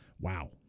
wow